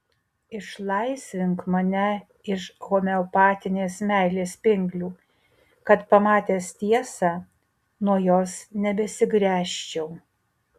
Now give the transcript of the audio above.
išlaisvink mane iš homeopatinės meilės pinklių kad pamatęs tiesą nuo jos nebesigręžčiau